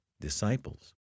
disciples